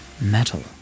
metal